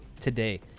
today